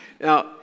Now